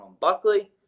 Buckley